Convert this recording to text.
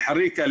אל חריקה,